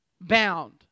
bound